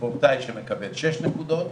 ספורטאי שמקבל שש נקודות,